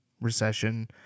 recession